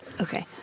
Okay